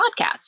podcast